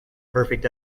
perfect